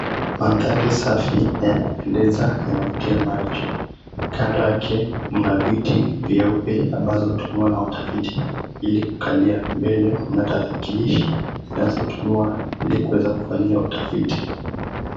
Mandhari safi, ya kupendeza, yanavutia macho. Kando yake, mna viti vyeupe ambazo hutumiwa na watafiti ili kukalia. Mbele, kuna tarakilishi zinazotumiwa ili kuweza kufanyia utafiti.